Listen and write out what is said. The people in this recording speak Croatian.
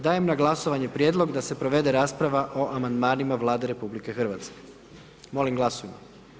Dajem na glasovanje prijedlog da se provede rasprava o amandmanima Vlade RH, molim glasujmo.